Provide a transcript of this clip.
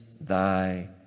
thy